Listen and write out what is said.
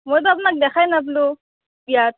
মইতো আপনাক দেখাই নাপলোঁ বিয়াত